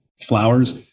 flowers